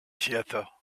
theatre